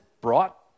brought